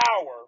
power